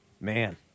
Man